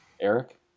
Eric